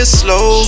slow